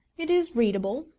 it is readable,